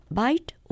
bite